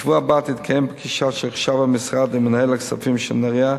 בשבוע הבא תתקיים פגישה של חשב המשרד עם מנהל הכספים של "נהרייה"